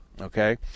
okay